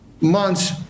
months